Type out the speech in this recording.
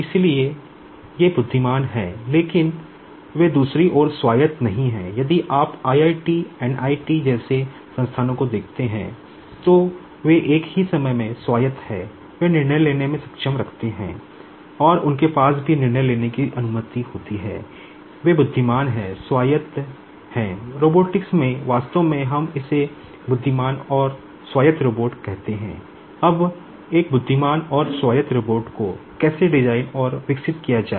इसलिए वे बुद्धिमान हैं लेकिन वे दूसरी ओर स्वायत्त कहते हैं अब एक बुद्धिमान और स्वायत्त रोबोट को कैसे डिजाइन और विकसित किया जाए